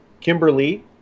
Kimberly